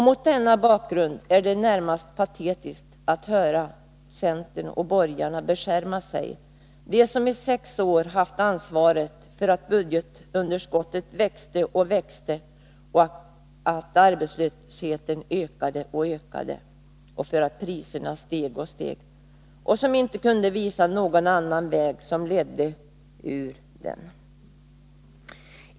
Mot denna bakgrund är det närmast patetiskt att höra borgarna beskärma sig — de som i sex år haft ansvaret för att budgetunderskottet växte och växte och arbetslösheten ökade och ökade, för att priserna steg och steg, och som inte kunde visa någon utväg.